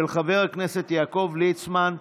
של חבר הכנסת יעקב ליצמן.